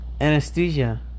Anesthesia